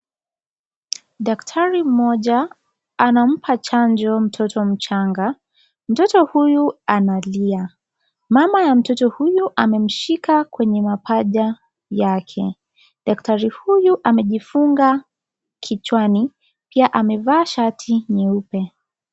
Daktari mmoja anampa chanjo mtoto mchanga. Mtoto huyu analia. Mama ya mtoto huyu amemshika kwenye mapaja Yake. Daktari huyu amejifunga kichwani pia amevaa shati nyeupe.